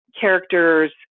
characters